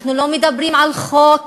אנחנו לא מדברים על חוק,